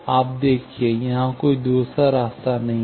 आप देखिए यहां कोई दूसरा रास्ता नहीं है